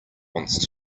wants